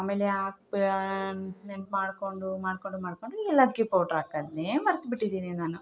ಆಮೇಲೆ ಹಾಕಿ ನೆನ್ಪು ಮಾಡ್ಕೊಂಡು ಮಾಡ್ಕೊಂಡು ಮಾಡ್ಕೊಂಡು ಏಲಕ್ಕಿ ಪೌಡ್ರ್ ಹಾಕೋದ್ನೆ ಮರೆತ್ಬಿಟ್ಟಿದ್ದಿನಿ ನಾನು